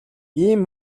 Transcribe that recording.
ийм